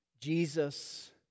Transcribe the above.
Jesus